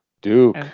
Duke